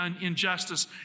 injustice